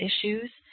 issues